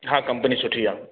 हा कंपनी सुठी आहे